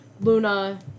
Luna